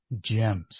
gems